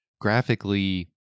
graphically